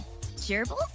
gerbils